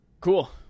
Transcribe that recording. cool